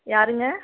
யாருங்க